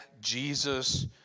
Jesus